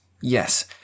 Yes